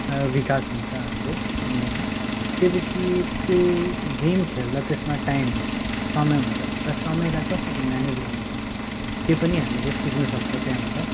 विकास हुन्छ हाम्रो अन्डरमा त्यो पिछे त्यो गेम खेल्दा त्यसमा टाइम हुन्छ समय हुन्छ र समयलाई कसरी म्यानेज गर्नुपर्ने त्यो पनि हामीले सिक्नु सक्छ त्यहाँबाट